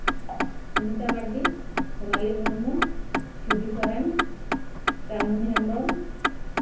Sumita Mandi Sonali Murmu Chhobi Soren Chandmuni Hembrom